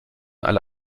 alle